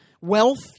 wealth